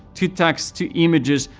to text, to images,